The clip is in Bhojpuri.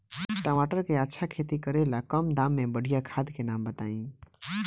टमाटर के अच्छा खेती करेला कम दाम मे बढ़िया खाद के नाम बताई?